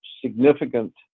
significant